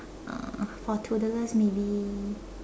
uh for toddlers maybe